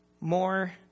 more